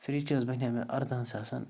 fridge حظ بَنیوو مےٚ اَردٕہن ساسَن